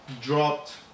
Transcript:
dropped